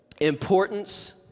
importance